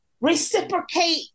reciprocate